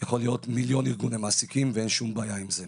יכולים להיות מיליון ארגוני מעסיקים ואין שום בעיה עם זה.